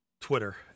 Twitter